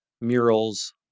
murals